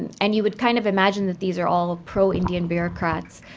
and you would kind of imagine that these are all pro-indian bureaucrats.